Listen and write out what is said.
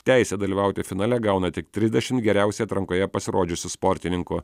teisę dalyvauti finale gauna tik trisdešimt geriausiai atrankoje pasirodžiusių sportininkų